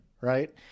right